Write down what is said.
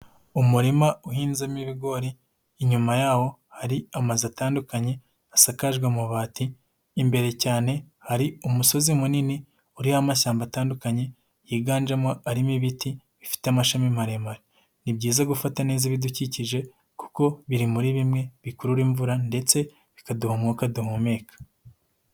Umurima uhinzemo ibigori, inyuma yaho hari amazu atandukanye asakajwe amabati, imbere cyane hari umusozi munini uri amashyamba atandukanye, yiganjemo arimo ibiti bifite amashami maremare. Ni byiza gufata neza ibidukikije kuko biri muri bimwe bikurura imvura ndetse bikaduha umwuka duhumeka.